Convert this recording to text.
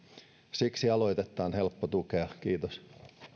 siksi aloitetta on helppo tukea kiitos